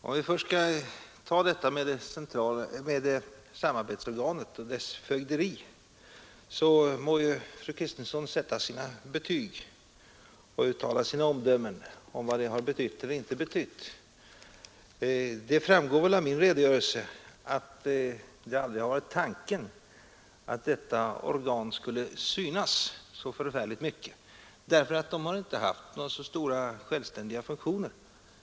Om vi först skall ta detta med samarbetsorganet och dess fögderi så må ju fru Kristensson sätta sina betyg och uttala sina omdömen om vad det har betytt eller inte betytt. Det framgår väl av min redogörelse att det aldrig har varit tanken att detta organ skulle synas så förfärligt mycket, eftersom det inte har haft några så stora självständiga funktioner.